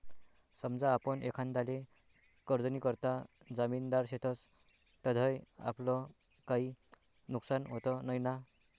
समजा आपण एखांदाले कर्जनीकरता जामिनदार शेतस तधय आपलं काई नुकसान व्हत नैना?